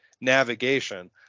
navigation